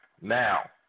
now